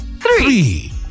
three